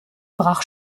brach